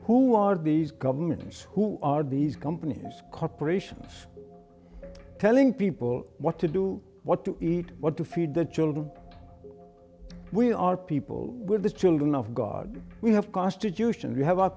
who are these government who are these companies corporations telling people what to do what to eat what to feed their children we are people with the children of god we have constitution we have our